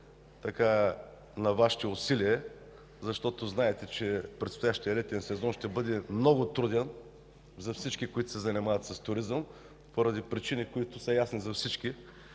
на Вашите усилия, защото знаете, че предстоящият летен сезон ще бъде много труден за всички, които се занимават с туризъм, поради причини, ясни за всички.